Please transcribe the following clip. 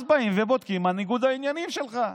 אז באים ובודקים מה ניגוד העניינים שלך,